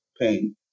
paint